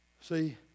See